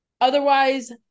Otherwise